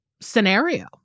scenario